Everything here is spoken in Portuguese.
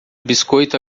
biscoito